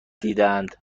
دیدهاند